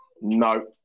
No